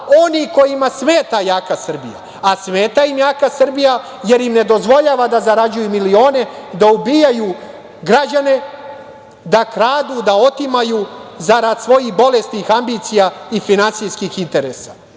oni kojima smeta jaka Srbija, a smeta im jaka Srbija jer im ne dozvoljava da zarađuju milione, da ubijaju građane, da kradu, da otimaju, zarad svojih bolesnih ambicija i finansijskih interesa.